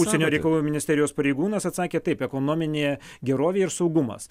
užsienio reikalų ministerijos pareigūnas atsakė taip ekonominė gerovė ir saugumas